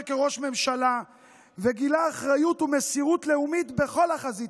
כראש הממשלה וגילה אחריות ומסירות לאומית בכל החזיתות.